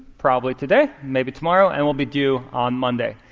probably today, maybe tomorrow, and will be due on monday.